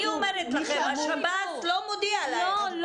אני אומרת לכם, השב"ס לא מודיע להם על השחרורים.